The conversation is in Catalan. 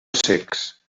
cecs